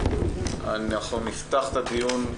נפתח את הדיון,